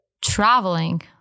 Traveling